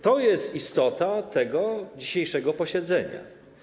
To jest istota tego dzisiejszego posiedzenia.